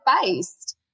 based